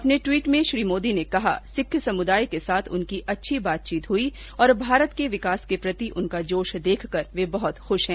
अपने ट्वीट में श्री मोदी ने कहा कि सिख समुदाय के साथ उनकी अच्छी बातचीत हुई और भारत के विकास के प्रति उनका जोश देखकर वे बहत प्रसन्न है